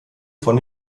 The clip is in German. von